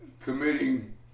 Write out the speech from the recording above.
committing